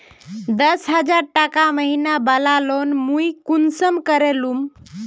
दस हजार टका महीना बला लोन मुई कुंसम करे लूम?